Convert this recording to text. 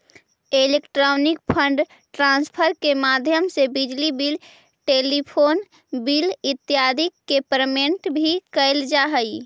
electronic fund transfer के माध्यम से बिजली बिल टेलीफोन बिल इत्यादि के पेमेंट भी कैल जा हइ